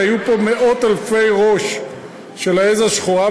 כי היו פה מאות אלפי ראש של העז השחורה,